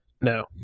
No